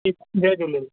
ठीकु जय झूलेलाल